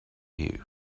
you